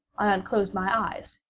i unclosed my eyes,